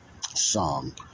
song